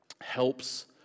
helps